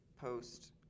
post